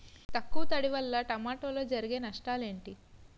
తక్కువ తడి వల్ల టమోటాలో జరిగే నష్టాలేంటి?